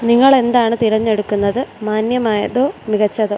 നിങ്ങൾ എന്താണ് തിരഞ്ഞെടുക്കുന്നത് മാന്യമായതോ മികച്ചതോ